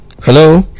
hello